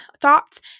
thoughts